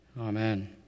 Amen